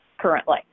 currently